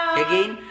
again